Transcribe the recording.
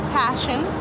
passion